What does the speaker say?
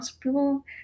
People